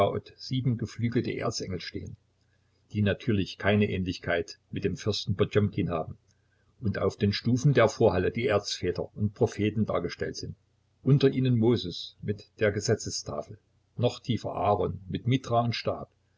sieben geflügelte erzengel stehen die natürlich keine ähnlichkeit mit dem fürsten potjomkin haben und auf den stufen der vorhalle die erzväter und propheten dargestellt sind unter ihnen moses mit der gesetzestafel noch tiefer ahron mit mitra und stab